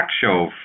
show